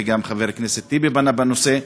וגם חבר הכנסת טיבי פנה בנושא.